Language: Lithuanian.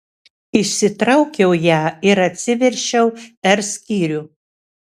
išsitraukiau ją ir atsiverčiau r skyrių